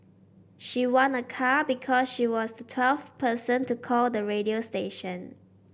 she won a car because she was the twelfth person to call the radio station